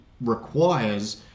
requires